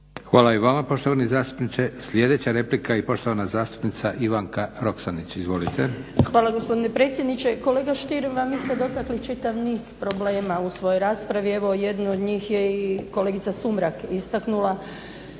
Hvala i vama poštovani zastupniče. Sljedeća replika i poštovana zastupnica Ivanka Roksandić. Izvolite. **Roksandić, Ivanka (HDZ)** Hvala lijepo gospodine predsjedniče. Kolega Stier vi ste dotakli čitav niz problema u svojoj raspravi, evo jednu od njih i kolegica Sumrak istaknula.